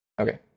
Okay